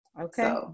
Okay